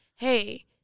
Hey